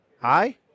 Hi